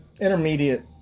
intermediate